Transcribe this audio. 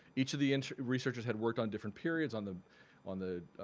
each of the researchers had worked on different periods, on the on the